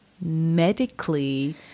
medically